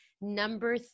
Number